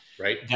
Right